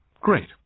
great